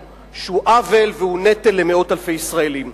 שהוא עוול והוא נטל למאות אלפי ישראלים.